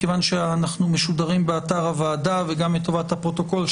מכיוון שאנחנו משודרים באתר הוועדה וגם לטובת הפרוטוקול,